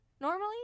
normally